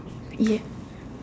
yet